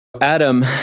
Adam